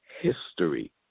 history